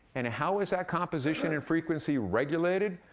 and how is that composition and frequency regulated?